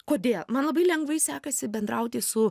kodėl man labai lengvai sekasi bendrauti su